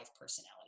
personality